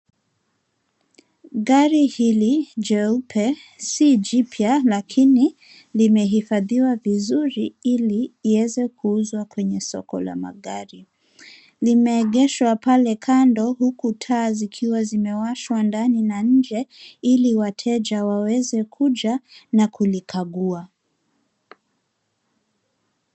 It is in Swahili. Gari hili jeupe si jipya lakini limehifadhiwa vizuri ili iweze kuuzwa kwenye soko la magari. Limeegeshwa pale kando huku taa zikiwa zimewashwa ndani na nje , ili wateja waweze kuja na kulikagua.